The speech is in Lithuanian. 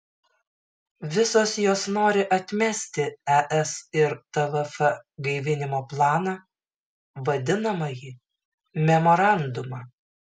visos jos nori atmesti es ir tvf gaivinimo planą vadinamąjį memorandumą